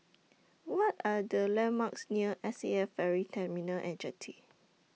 What Are The landmarks near S A F Ferry Terminal and Jetty